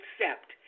accept